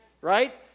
Right